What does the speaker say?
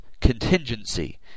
contingency